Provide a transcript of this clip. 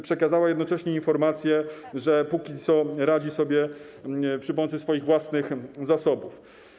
Przekazała jednocześnie informację, że na razie radzi sobie przy pomocy swoich własnych zasobów.